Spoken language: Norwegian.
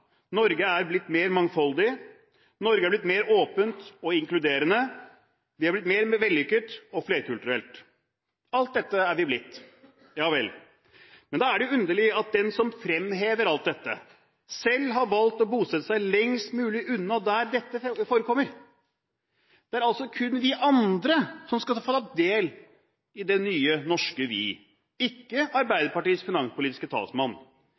Norge er blitt mer mangfoldig, Norge er blitt mer åpent og inkluderende og vi er blitt mer vellykket og flerkulturelt. Alt dette er vi blitt. Ja vel, men da er det underlig at den som fremhever alt dette, selv har valgt å bosette seg lengst mulig unna der dette forekommer. Det er altså kun vi andre som skal få ta del i Det nye norske vi – ikke Arbeiderpartiets finanspolitiske talsmann.